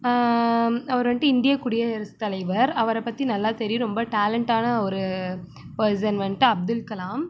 அவர் வந்துட்டு இந்திய குடியரசு தலைவர் அவரை பற்றி நல்லா தெரியும் ரொம்ப டேலண்ட்டான ஒரு பேர்சன் வந்துட்டு அப்துல் கலாம்